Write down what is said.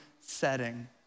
setting